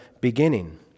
beginning